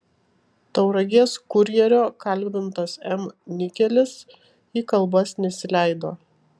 tauragės kurjerio kalbintas m nikelis į kalbas nesileido